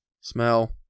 smell